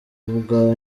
ubwa